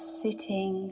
sitting